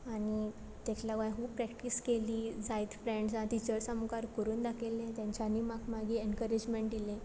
आनी ताका लागूव हांवें हूप प्रॅक्टीस केली जायत फ्रॅण्सां तिचर्सां मुखार कोरून दाखयलें तेंच्यानी म्हाका मागीर एनकरेजमँट दिलें